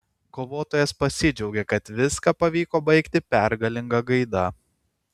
kovotojas pasidžiaugė kad viską pavyko baigti pergalinga gaida